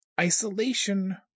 Isolation